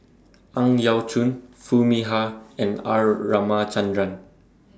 Ang Yau Choon Foo Mee Har and R Ramachandran